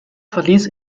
verließ